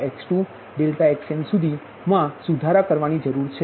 ∆xnસુધીએ સુધારણા કરવાની જરૂર છે